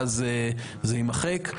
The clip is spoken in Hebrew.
ואז זה יימחק.